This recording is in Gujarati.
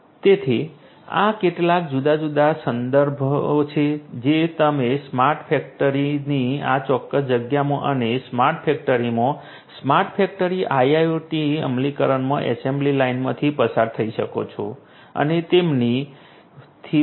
તેથી આ કેટલાક જુદા જુદા સંદર્ભો છે જે તમે સ્માર્ટ ફેક્ટરીની આ ચોક્કસ જગ્યામાં અને સ્માર્ટ ફેક્ટરીમાં સ્માર્ટ ફેક્ટરી IIoT અમલીકરણમાં એસેમ્બલી લાઇનમાંથી પસાર થઈ શકો છો અને તેથી વધુ